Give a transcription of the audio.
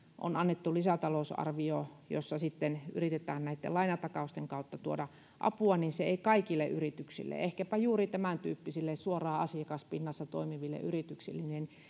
on annettu lisätalousarvio jossa yritetään näitten lainatakausten kautta tuoda apua se ei kaikille yrityksille ehkäpä juuri tämäntyyppisille suoraan asiakaspinnassa toimiville yrityksille